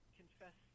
confess